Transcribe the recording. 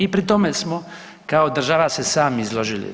I pri tome smo kao država se sami izložili.